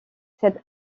cette